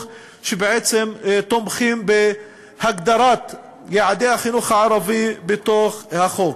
שתומכים בהגדרת יעדי החינוך הערבי בחוק.